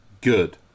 good